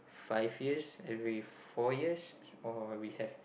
five years every four years or we have